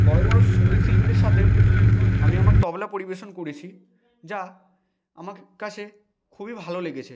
বড়ো বড়ো সংগীত শিল্পীদের সাথে আমি আমার তবলা পরিবেশন করেছি যা আমার কাছে খুবই ভালো লেগেছে